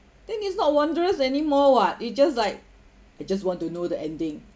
then it's not wondrous anymore [what] it just like I just want to know the ending